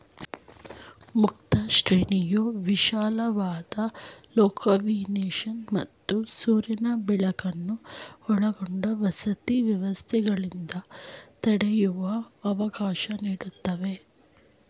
ಮುಕ್ತ ಶ್ರೇಣಿಯು ವಿಶಾಲವಾದ ಲೊಕೊಮೊಷನ್ ಮತ್ತು ಸೂರ್ಯನ ಬೆಳಕನ್ನು ಒಳಾಂಗಣ ವಸತಿ ವ್ಯವಸ್ಥೆಗಳಿಂದ ತಡೆಯುವ ಅವಕಾಶ ನೀಡ್ತವೆ